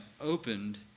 opened